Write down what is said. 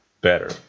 better